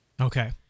Okay